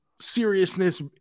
seriousness